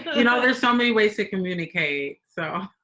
you know, there's so many ways to communicate. so.